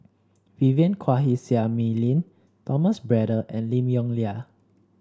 Vivien Quahe Seah Mei Lin Thomas Braddell and Lim Yong Liang